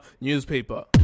newspaper